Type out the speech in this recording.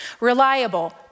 Reliable